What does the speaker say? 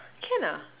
can ah